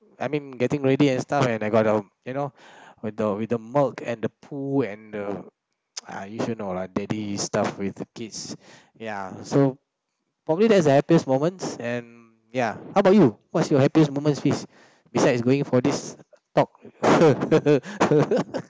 I mean getting ready and stuff and I got um you know with the with the milk and the poo and the uh you should know lah daddy stuff with the kids ya so probably that's the happiest moments and ya how about you what's your happiest moments hafiz besides going for this talk